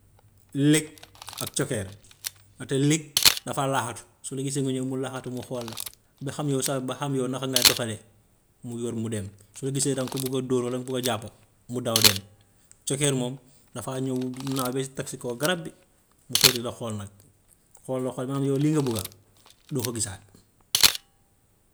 Lëg ak cokkeer, ba tey lëkk dafa laqatu su la gisee nga ñëw mu laqatu mu xool la ba xam yow sa ba xam yow naka ngay doxalee mu yooru mu dem, su gisee danga ko bugg a dóor walla nga bugga jàpp mu daw dem. Cokkeer moom dafa ñëw du naaw ba tag si kaw garab bi mu toog di la xool nag, xool la xool ba xam yow lii nga bugga doo ko gisaat.